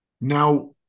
now